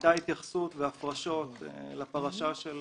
הייתה התייחסות לפרשה של